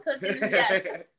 yes